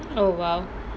oh !wow!